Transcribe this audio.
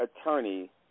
attorney